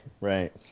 right